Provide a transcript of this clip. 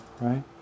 right